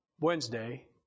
Wednesday